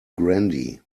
grandee